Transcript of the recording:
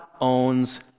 owns